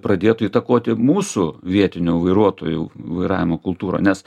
pradėtų įtakoti mūsų vietinių vairuotojų vairavimo kultūrą nes